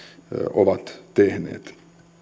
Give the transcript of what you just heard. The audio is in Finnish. ovat tehneet